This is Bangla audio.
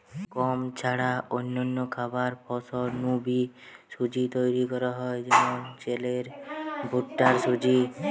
গম ছাড়া অন্যান্য খাবার ফসল নু বি সুজি তৈরি করা হয় যেমন চালের ভুট্টার সুজি